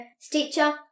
Stitcher